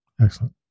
Excellent